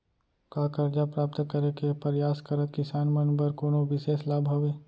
का करजा प्राप्त करे के परयास करत किसान मन बर कोनो बिशेष लाभ हवे?